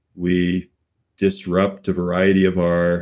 we disrupt a variety of our